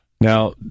Now